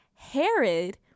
Herod